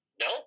no